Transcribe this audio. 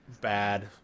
bad